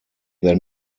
their